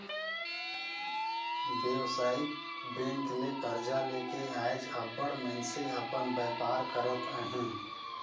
बेवसायिक बेंक ले करजा लेके आएज अब्बड़ मइनसे अपन बयपार करत अहें